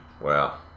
Wow